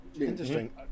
Interesting